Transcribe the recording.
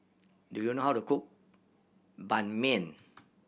do you know how to cook Ban Mian